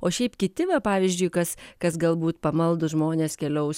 o šiaip kiti va pavyzdžiui kas kas galbūt pamaldūs žmonės keliaus